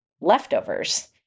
leftovers